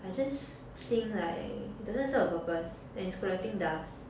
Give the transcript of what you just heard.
I just think like doesn't serve the purpose and it's collecting dust